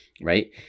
right